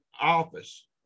office